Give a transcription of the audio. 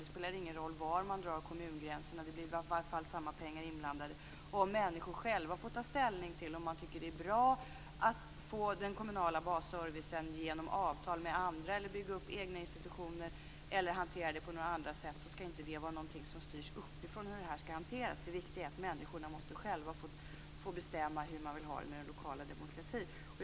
Det spelar ingen roll var man drar kommungränserna. Det blir samma pengar inblandade ändå. Om människor själva får ta ställning till om de tycker att det är bra att få den kommunala basservicen genom avtal med andra eller att bygga upp egna institutioner eller att hantera det på något annat sätt, så skall inte det vara något som styrs uppifrån. Det viktiga är att människorna själva måste få bestämma hur de vill ha det med den lokala demokratin.